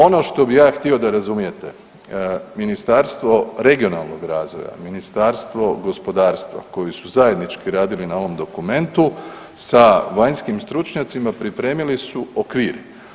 Ono što bih ja htio da razumijete, Ministarstvo regionalnog razvoja, Ministarstvo gospodarstva koji su zajednički radili na ovom dokumentu sa vanjskim stručnjacima pripremili su okvir.